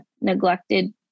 neglected